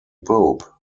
pope